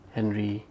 Henry